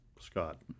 Scott